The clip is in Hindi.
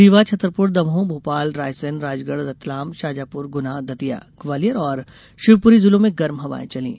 रीवा छतरपुर दमोह भोपाल रायसेन राजगढ़ रतलाम शाजापुर गुना दतिया ग्वालियर और शिवपुरी जिलों में गर्म हवायें चलीं